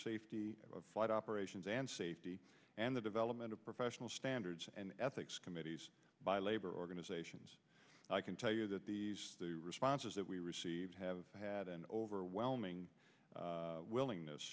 safety of flight operations and safety and the development of professional standards and ethics committee by labor organizations i can tell you that the responses that we received have had an overwhelming willingness